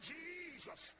Jesus